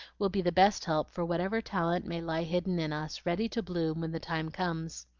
will be the best help for whatever talent may lie hidden in us, ready to bloom when the time comes.